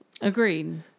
Agreed